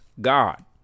God